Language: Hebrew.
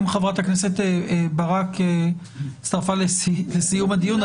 גם חברת הכנסת ברק הצטרפה לסיום הדיון.